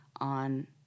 on